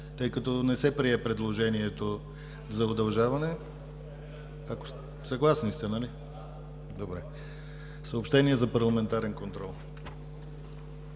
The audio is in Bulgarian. тъй като не се прие предложението за удължаване. Съгласни ли сте? Добре. Съобщения за парламентарен контрол: